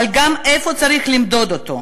אלא גם איפה צריך למדוד אותו.